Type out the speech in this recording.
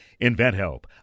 InventHelp